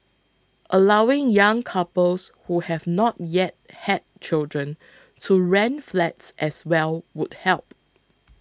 allowing young couples who have not yet had children to rent flats as well would help